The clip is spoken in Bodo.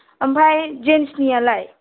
ओमफ्राय जेन्सनियालाय